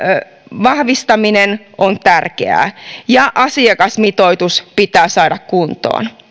vahvistaminen on tärkeää ja asiakasmitoitus pitää saada kuntoon